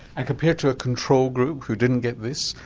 compared to a control group who didn't get this,